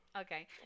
okay